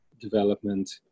development